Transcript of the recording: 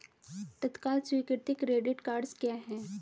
तत्काल स्वीकृति credit cards क्या हैं?